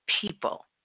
people